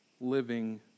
living